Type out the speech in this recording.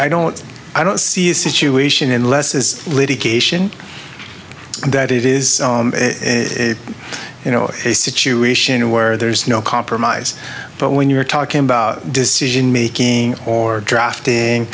i don't i don't see a situation unless is litigation that is you know a situation where there is no compromise but when you're talking about decision making or drafting